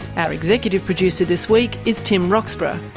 our executive producer this week is tim roxburgh,